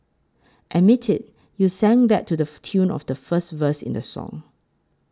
admit it you sang that to the tune of the first verse in the song